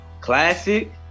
classic